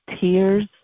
tears